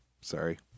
sorry